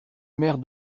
maire